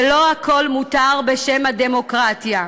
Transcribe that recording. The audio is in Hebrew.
ולא הכול מותר בשם הדמוקרטיה.